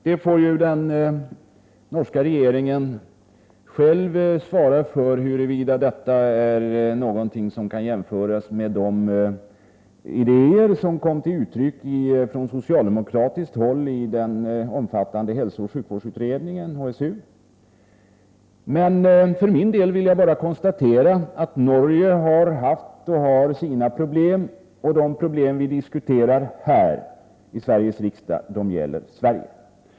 Den norska regeringen får själv svara för huruvida detta är någonting som kan jämföras med de idéer som kom till uttryck från socialdemokratiskt håll i den omfattande hälsooch sjukvårdsutredningen, HSU. För min del vill jag bara konstatera att Norge har haft och har sina problem, medan de problem vi diskuterar här i Sveriges riksdag gäller Sverige.